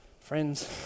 Friends